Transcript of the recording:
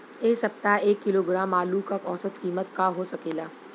एह सप्ताह एक किलोग्राम आलू क औसत कीमत का हो सकेला?